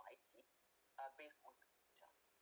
society uh based on